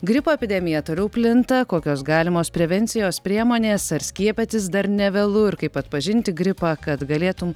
gripo epidemija toliau plinta kokios galimos prevencijos priemonės ar skiepytis dar nevėlu ir kaip atpažinti gripą kad galėtum